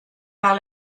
par